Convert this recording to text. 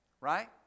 Right